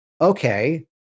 okay